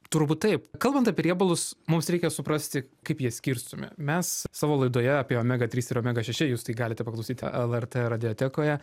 turbūt taip kalbant apie riebalus mums reikia suprasti kaip jie skirstomi mes savo laidoje apie omega trys ir omega šeši jūs tai galite paklausyti lrt radijotekoje